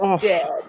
dead